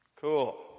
Cool